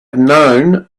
known